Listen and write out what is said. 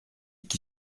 qui